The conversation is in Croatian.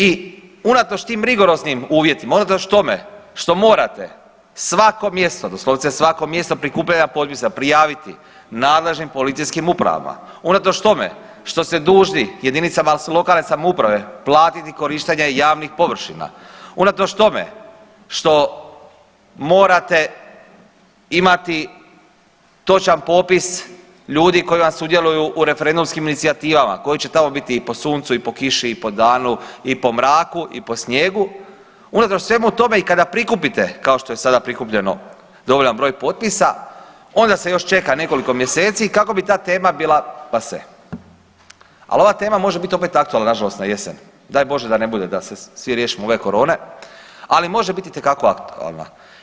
I unatoč tim rigoroznim uvjetima, unatoč tome što morate svako mjesto, doslovce svako mjesto prikupljanja potpisa prijaviti nadležnim policijskim upravama, unatoč tome što ste dužni JLS platiti korištenje javnih površina, unatoč tome što morate imati točan popis ljudi koji vam sudjeluju u referendumskim inicijativama koji će tamo biti i po suncu i po kiši i po danu i po mraku i po snijegu, unatoč svemu tome i kada prikupite kao što je sada prikupljeno dovoljan broj potpisa onda se još čeka nekoliko mjeseci kako bi ta tema bila pase, al ova tema može bit opet aktualna nažalost na jesen, daj Bože da ne bude da se svi riješimo ove korone, ali može biti itekako aktualna.